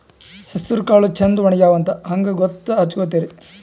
ಹೆಸರಕಾಳು ಛಂದ ಒಣಗ್ಯಾವಂತ ಹಂಗ ಗೂತ್ತ ಹಚಗೊತಿರಿ?